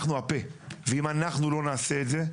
אנחנו הפה, ואם אנחנו לא נעשה את זה,